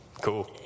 cool